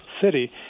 city